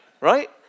Right